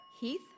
Heath